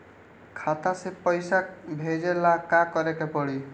खाता से पैसा भेजे ला का करे के पड़ी?